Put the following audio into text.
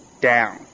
down